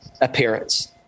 appearance